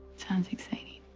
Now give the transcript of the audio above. sounds exciting.